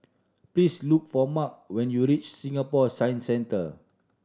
please look for Mark when you reach Singapore Science Centre